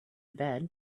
bed